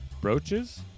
brooches